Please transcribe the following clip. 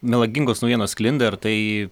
melagingos naujienos sklinda ir tai